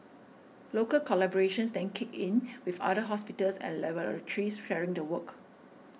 local collaborations then kicked in with other hospitals and laboratories sharing the work